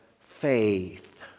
faith